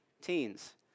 teens